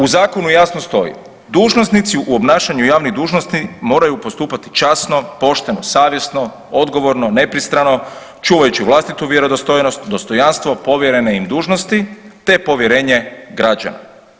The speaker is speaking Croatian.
U Zakonu jasno stoji, dužnosnici u obnašanju javnih dužnosti moraju postupati časno, pošteno, savjesno, odgovorno, nepristrano, čuvajući vlastitu vjerodostojnost, dostojanstvo, povjerene im dužnosti te povjerenje građana.